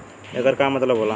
येकर का मतलब होला?